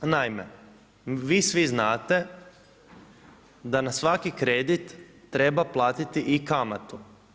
Naime, vi svi znate da na svaki kredit treba platiti i kamatu.